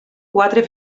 quatre